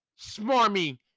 smarmy